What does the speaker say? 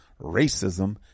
racism